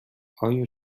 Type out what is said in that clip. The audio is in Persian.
آیا